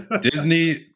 Disney